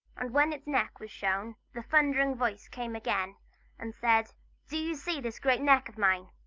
and when its neck was shown, the thundering voice came again and said do you see this great neck of mine?